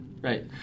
right